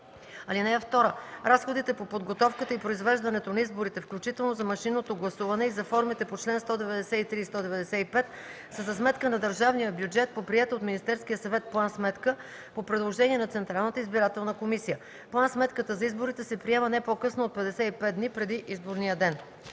(2) Разходите по подготовката и произвеждането на изборите, включително за машинното гласуване и за формите по чл. 193 и 195, са за сметка на държавния бюджет по приета от Министерския съвет план-сметка, по предложение на Централната избирателна комисия. План-сметката за изборите се приема не по-късно от 55 дни преди изборния ден.